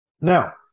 Now